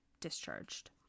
discharged